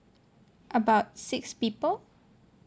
about six people